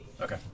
Okay